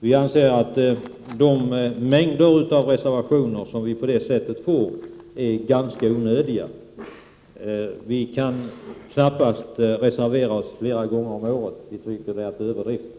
Vi anser att det är ganska onödigt med den mängd reservationer som på det sättet uppstår. Vi kan ju inte komma med samma reservationer flera gånger om året. Det tycker vi är överdrivet.